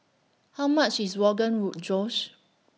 How much IS Rogan Roll Josh